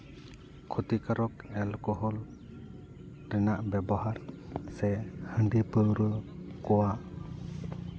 ᱠᱷᱚᱛᱤ ᱠᱟᱨᱚᱠ ᱮᱞ ᱠᱳᱦᱚᱞ ᱨᱮᱱᱟᱜ ᱵᱮᱵᱚᱦᱟᱨ ᱥᱮ ᱦᱟᱺᱰᱤ ᱯᱟᱹᱣᱨᱟᱹ ᱠᱚᱣᱟᱜ